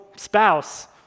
Spouse